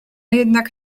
jednak